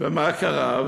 ומה קרה?